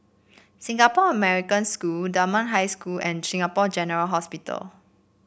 Singapore American School Dunman High School and Singapore General Hospital